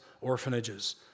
orphanages